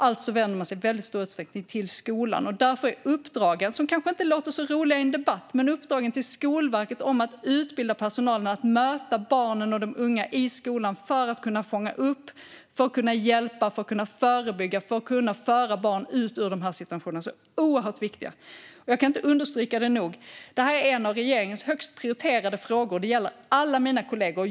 Alltså vänder man sig i väldigt stor utsträckning till skolan. Därför är uppdragen, som kanske inte låter så roliga i en debatt, till Skolverket om att utbilda personalen i att möta barnen och de unga i skolan för att kunna fånga upp, kunna hjälpa, kunna förebygga och kunna föra barn ut ur dessa situationer oerhört viktiga. Jag kan inte understryka det nog. Detta är en av regeringens högst prioriterade frågor. Det gäller alla mina kollegor.